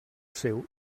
seu